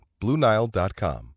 BlueNile.com